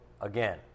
again